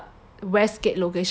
westgate location that